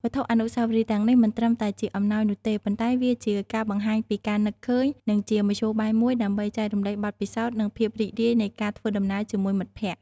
វត្ថុអនុស្សាវរីយ៍ទាំងនេះមិនត្រឹមតែជាអំណោយនោះទេ ប៉ុន្តែវាជាការបង្ហាញពីការនឹកឃើញ និងជាមធ្យោបាយមួយដើម្បីចែករំលែកបទពិសោធន៍ និងភាពរីករាយនៃការធ្វើដំណើរជាមួយមិត្តភក្តិ។